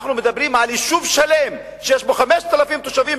אנחנו מדברים על יישוב שלם שיש בו 5,000 תושבים,